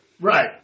Right